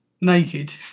naked